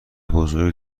بزرگ